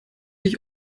ich